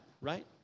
right